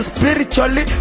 Spiritually